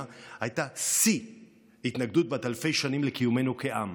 הייתה שיא התנגדות בת אלפי שנים לקיומנו כעם,